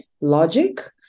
logic